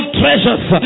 treasures